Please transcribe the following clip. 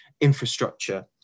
infrastructure